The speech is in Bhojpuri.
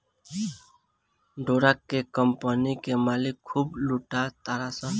डोरा के कम्पनी के मालिक खूब लूटा तारसन